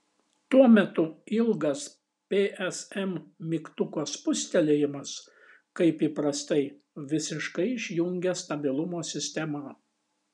tuo metu ilgas psm mygtuko spustelėjimas kaip įprastai visiškai išjungia stabilumo sistemą